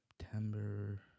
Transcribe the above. September